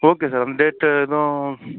okay sir date எதுவும்